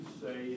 say